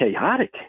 chaotic